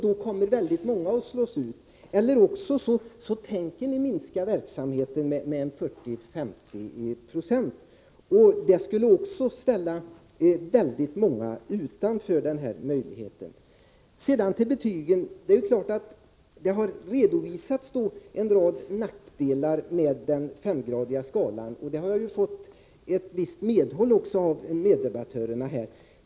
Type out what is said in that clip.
Då kommer väldigt många att slås ut. I annat fall tänker ni minska verksamheten med 40-50 20. Det skulle ställa väldigt många utanför den här möjligheten. Sedan till betygen! Det har redovisats en rad nackdelar med den femgradiga skalan — på den punkten har jag fått ett visst medhåll av meddebattörerna.